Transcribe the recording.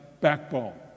backbone